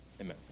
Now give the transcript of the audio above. Amen